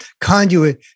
conduit